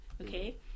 okay